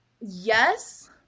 yes